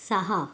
सहा